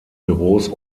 büros